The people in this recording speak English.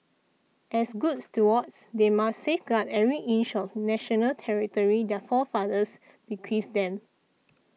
as good stewards they must safeguard every inch of national territory their forefathers bequeathed them